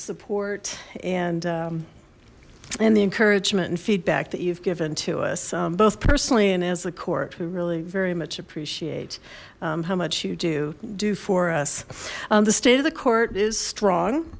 support and and the encouragement and feedback that you've given to us both personally and as a court we really very much appreciate how much you do do for us the state of the court is strong